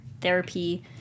therapy